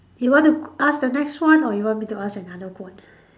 you want to ask the next one or you want me to ask another one